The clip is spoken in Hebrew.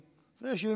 בבקשה.